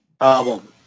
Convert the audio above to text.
album